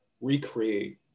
recreate